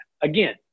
Again